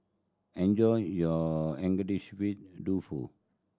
enjoy your Agedashi way Dofu